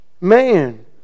man